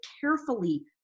carefully